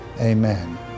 Amen